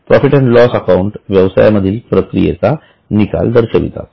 profit and loss account व्यवसायामधील प्रक्रियेचा निकाल दर्शवितात